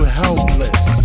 helpless